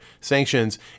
sanctions